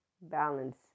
balance